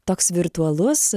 toks virtualus